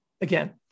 Again